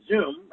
Zoom